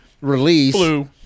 release